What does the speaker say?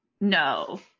no